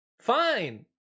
fine